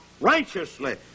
righteously